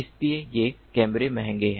इसलिए ये कैमरे महंगे हैं